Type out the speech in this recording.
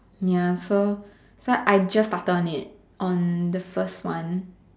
ya so so I just started on it on the first one